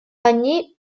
они